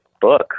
book